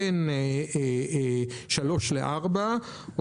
בין שלוש לארבע,